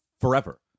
forever